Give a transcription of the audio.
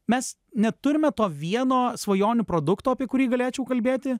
mes neturime to vieno svajonių produkto apie kurį galėčiau kalbėti